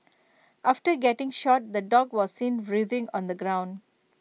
after getting shot the dog was seen writhing on the ground